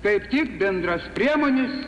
kaip tik bendras priemones